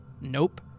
Nope